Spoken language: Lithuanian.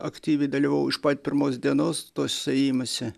aktyviai dalyvavau iš pat pirmos dienos tuose ėjimuose